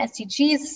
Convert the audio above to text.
SDGs